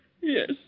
Yes